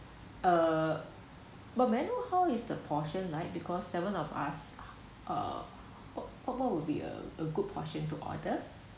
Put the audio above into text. uh but may I know how is the portion like because seven of us uh what what will be a a good portion to order